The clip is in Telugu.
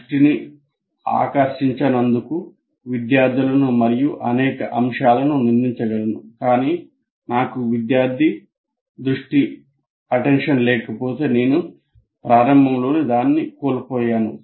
శ్రద్ధ మరియు క్రియాశీలత నేను విద్యార్థుల దృష్టిని లేకపోతే నేను ప్రారంభంలోనే దాన్ని కోల్పోయాను